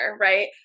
right